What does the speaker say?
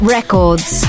Records